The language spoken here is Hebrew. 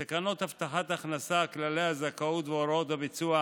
בתקנות הבטחת הכנסה (כללי הזכאות והוראות הביצוע),